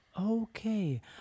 Okay